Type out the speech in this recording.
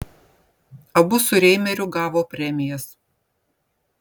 abu su reimeriu gavo premijas